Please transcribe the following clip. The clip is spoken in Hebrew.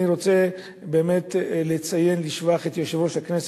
אני רוצה באמת לציין לשבח את יושב-ראש הכנסת,